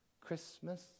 Christmas